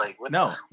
No